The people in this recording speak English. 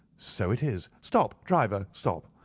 so it is. stop, driver, stop!